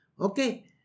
Okay